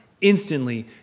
Instantly